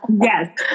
Yes